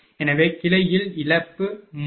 எனவே கிளையில் இழப்பு 3